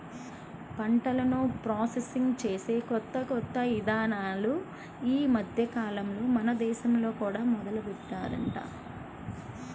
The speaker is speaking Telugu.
పంటను ప్రాసెసింగ్ చేసే కొత్త కొత్త ఇదానాలు ఈ మద్దెకాలంలో మన దేశంలో కూడా మొదలుబెట్టారంట